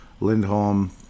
Lindholm